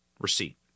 receipt